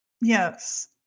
Yes